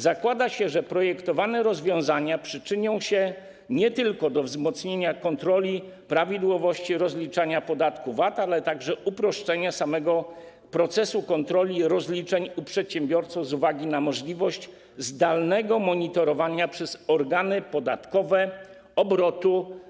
Zakłada się, że projektowane rozwiązania przyczynią się nie tylko do wzmocnienia kontroli prawidłowości rozliczania podatku VAT, ale także do uproszczenia samego procesu kontroli rozliczeń u przedsiębiorców z uwagi na możliwość zdalnego monitorowania przez organy podatkowe obrotu